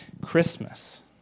Christmas